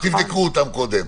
תבדקו אותם קודם,